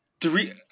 three